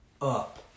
up